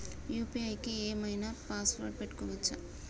UPI కి ఏం ఐనా పాస్వర్డ్ పెట్టుకోవచ్చా?